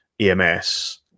ems